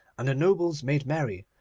and the nobles made merry,